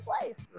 place